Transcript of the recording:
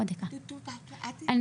אני